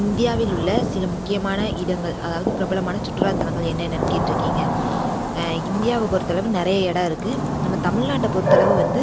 இந்தியாவில் உள்ள சில முக்கியமான இடங்கள் அதாவது பிரபலமான சுற்றுலா தலங்கள் என்னென்ன கேட்டிருக்கீங்க இந்தியாவை பொறுத்தளவு நிறைய இடம் இருக்குது நம்ம தமிழ் நாட்டை பொறுத்தளவு வந்து